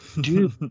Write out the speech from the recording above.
dude